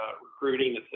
recruiting